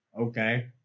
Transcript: okay